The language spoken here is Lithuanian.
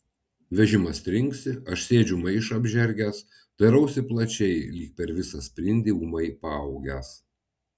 vežimas trinksi aš sėdžiu maišą apžergęs dairausi plačiai lyg per visą sprindį ūmai paaugęs